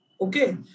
Okay